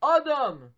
Adam